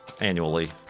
annually